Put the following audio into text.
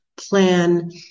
plan